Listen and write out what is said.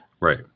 Right